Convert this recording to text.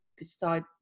decide